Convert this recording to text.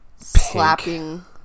slapping